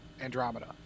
Andromeda